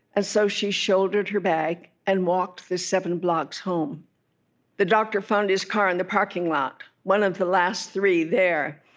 and so she shouldered her bag and walked the seven blocks home the doctor found his car in the parking lot, one of the last three there,